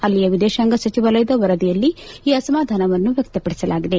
ಅಲ್ಲಿಯ ವಿದೇಶಾಂಗ ಸಚಿವಾಲಯದ ವರದಿಯಲ್ಲಿ ಈ ಅಸಮಾಧಾನವನ್ನು ವ್ಯಕ್ತಪಡಿಸಲಾಗಿದೆ